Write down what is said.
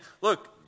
look